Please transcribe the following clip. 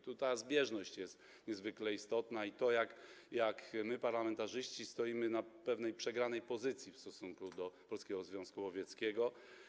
Tutaj ta zbieżność jest niezwykle istotna - to pokazuje, że my, parlamentarzyści, stoimy na przegranej pozycji w stosunku do Polskiego Związku Łowieckiego.